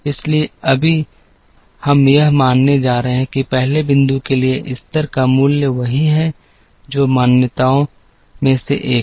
इसलिए अभी हम यह मानने जा रहे हैं कि पहले बिंदु के लिए स्तर का मूल्य वही है जो मान्यताओं में से एक है